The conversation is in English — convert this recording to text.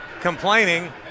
complaining